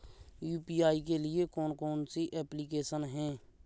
UPI के लिए कौन कौन सी एप्लिकेशन हैं?